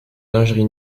lingerie